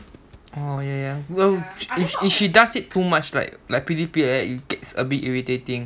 orh ya ya no if if she does it too much like like prettipls like that it gets a bit irritating